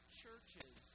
churches